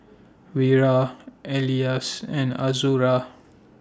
Wira Elyas and Azura